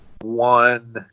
one